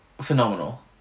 phenomenal